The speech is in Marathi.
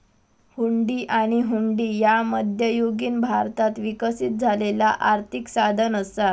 हुंडी किंवा हुंडी ह्या मध्ययुगीन भारतात विकसित झालेला आर्थिक साधन असा